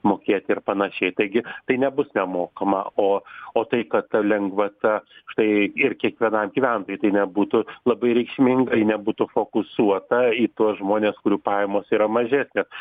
mokėti ir panašiai taigi tai nebus nemokama o o tai kad ta lengvata štai ir kiekvienam gyventojui tai nebūtų labai reikšminga ji nebūtų fokusuota į tuos žmones kurių pajamos yra mažesnės